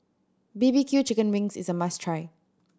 B B Q chicken wings is a must try